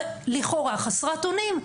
ולכאורה חסרת אונים.